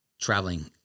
traveling